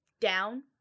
down